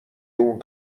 اون